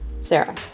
Sarah